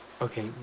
Okay